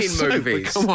movies